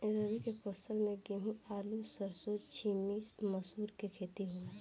रबी के फसल में गेंहू, आलू, सरसों, छीमी, मसूर के खेती होला